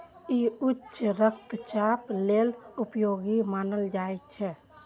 ई उच्च रक्तचाप लेल उपयोगी मानल जाइ छै